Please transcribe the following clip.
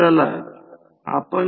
तर 0